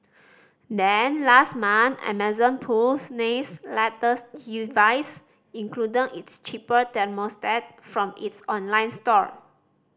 then last month Amazon pulls Nest's latest device including its cheaper thermostat from its online store